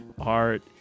art